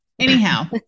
Anyhow